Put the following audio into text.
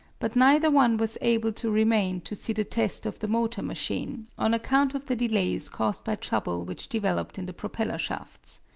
but neither one was able to remain to see the test of the motor-machine, on account of the delays caused by trouble which developed in the propeller shafts.